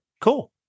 Cool